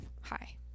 Hi